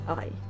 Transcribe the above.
Okay